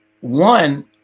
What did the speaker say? One